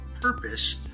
purpose